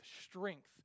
strength